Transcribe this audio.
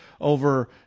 over